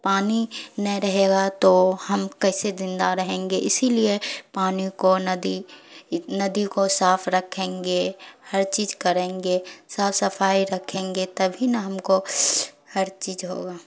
پانی نہ رہے گا تو ہم کیسے زندہ رہیں گے اسی لیے پانی کو ندی ندی کو صاف رکھیں گے ہر چیز کریں گے صاف صفائی رکھیں گے تبھی نہ ہم کو ہر چیز ہوگا